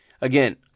again